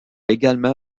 également